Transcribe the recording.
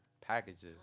packages